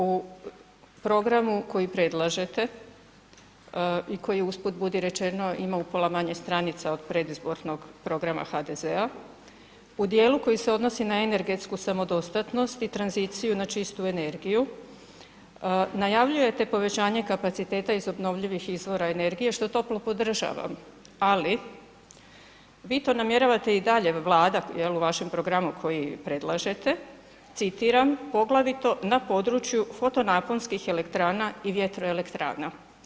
U programu koji predlažete i koji usput budi rečeno, ima upola manje stranica od predizbornog programa HDZ-a, u djelu koji se odnosi na energetsku samodostatnost i tranziciju na čistu energiju, najavljujete povećanje kapaciteta iz obnovljivih izvora energije, što toplo podržavam ali vi to namjeravate i dalje, Vlada jel', u vašem programu koji predlažete, citiram „poglavito na području foto-naponskih elektrana i vjetroelektrana“